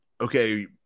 okay